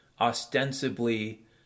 ostensibly